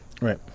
Right